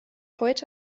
heute